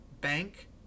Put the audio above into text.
bank